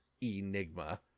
Enigma